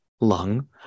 lung